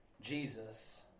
Jesus